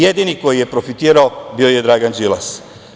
Jedini koji je profitirao bio je Dragan Đilas.